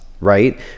right